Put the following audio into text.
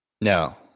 No